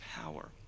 power